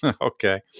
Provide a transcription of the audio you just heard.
Okay